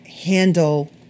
handle